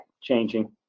changing